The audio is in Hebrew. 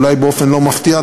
אולי באופן לא מפתיע,